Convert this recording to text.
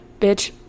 bitch